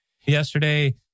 yesterday